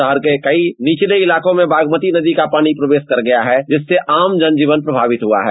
शहर के कई निचले इलाकों में बागमती नदी का पानी प्रवेश कर गया है जिससे आम जन जीवन प्रभावित हुआ है